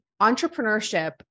entrepreneurship